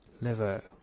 Liver